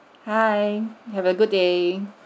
hi have a good day